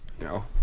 No